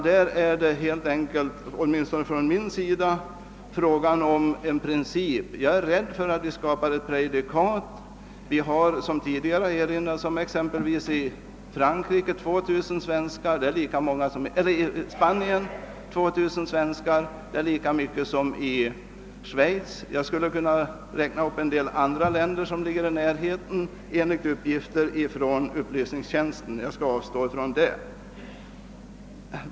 Det är helt enkelt, åtminstone från min sida, fråga om en princip. Jag är rädd för att vi skapar ett prejudikat. Vi har, som tidigare erinrats om, exempelvis i Spanien 2000 svenskar. Det är lika mycket som i Schweiz. Jag skulle kunna räkna upp en del andra länder, som ligger i närheten, men det skall jag avstå ifrån.